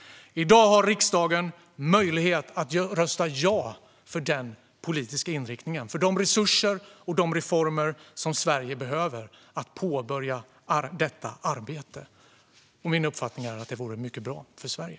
I dag har riksdagen möjlighet att rösta ja till denna politiska inriktning, för de resurser och de reformer som Sverige behöver för att påbörja detta arbete. Min uppfattning är att det vore mycket bra för Sverige.